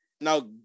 now